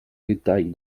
détail